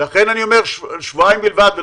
לכן אני אומר שבועיים בלבד.